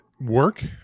Work